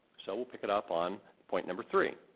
so we'll pick it up on point number three.